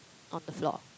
on the floor